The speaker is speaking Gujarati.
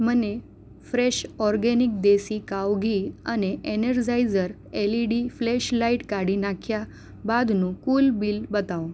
મને fresh organic desi cow ghee અને એનર્જાઈઝર એલઈડી ફ્લેશલાઈટ કાઢી નાખ્યા બાદનું કુલ બિલ બતાવો